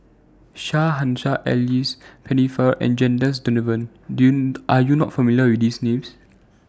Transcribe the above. Shah Hussain Alice Pennefather and Janadas Devan Are YOU not familiar with These Names